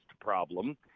problem